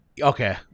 okay